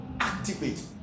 activate